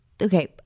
okay